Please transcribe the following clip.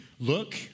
look